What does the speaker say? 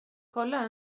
kolla